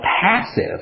passive